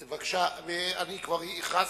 בבקשה, אני כבר הכרזתי,